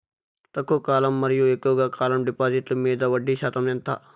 తక్కువ కాలం మరియు ఎక్కువగా కాలం డిపాజిట్లు మీద వడ్డీ శాతం ఎంత?